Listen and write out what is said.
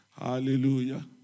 Hallelujah